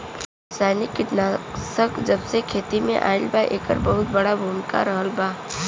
रासायनिक कीटनाशक जबसे खेती में आईल बा येकर बहुत बड़ा भूमिका रहलबा